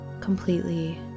completely